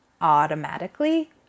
automatically